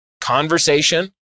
conversation